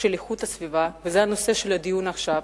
איכות הסביבה, וזה נושא הדיון עכשיו,